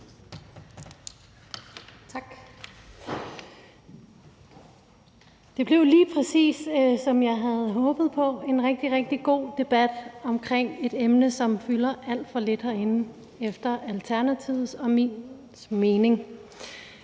Tak. Det blev lige præcis, som jeg havde håbet på, nemlig en rigtig, rigtig god debat omkring et emne, som fylder alt for lidt herinde efter Alternativets og min mening.